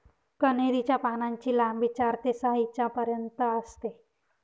कन्हेरी च्या पानांची लांबी चार ते सहा इंचापर्यंत असते